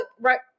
right